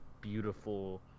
beautiful